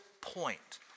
point